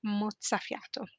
mozzafiato